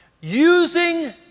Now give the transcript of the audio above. Using